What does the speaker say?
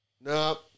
No